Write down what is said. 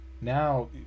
now